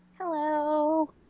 Hello